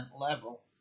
level